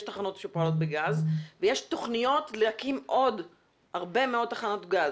יש תחנות שפועלות בגז ויש תוכניות להקים עוד הרבה מאוד תחנות גז.